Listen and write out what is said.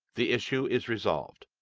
the issue is resolved.